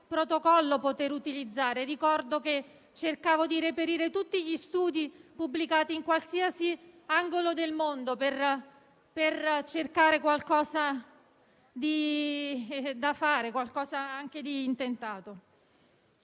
protocollo poter utilizzare. Ricordo che cercavo di reperire tutti gli studi pubblicati in qualsiasi angolo del mondo per cercare qualcosa da fare, anche di intentato.